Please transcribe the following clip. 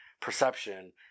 perception